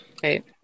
Great